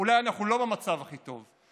אולי אנחנו לא במצב הכי טוב,